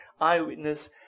eyewitness